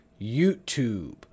YouTube